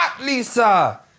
lisa